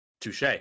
Touche